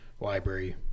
library